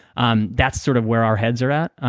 um that's sort of where our heads are at.